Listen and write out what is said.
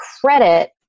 credit